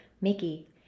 Mickey